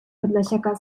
podlasiaka